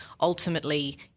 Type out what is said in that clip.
ultimately